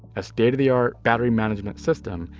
a state of the art battery management system,